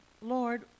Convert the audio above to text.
Lord